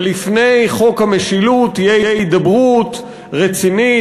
שלפני חוק המשילות תהיה הידברות רצינית,